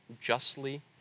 justly